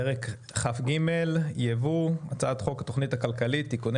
פרק כ"ג (יבוא) מתוך הצעת חוק התכנית הכלכלית (תיקוני